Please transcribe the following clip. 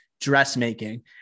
dressmaking